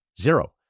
Zero